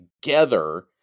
together